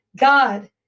God